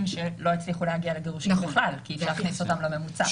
שלא הצליחו להגיע לגירושין בכלל כדי להכניס אותם לממוצע.